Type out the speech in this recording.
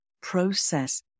process